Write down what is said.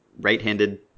right-handed